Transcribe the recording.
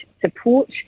support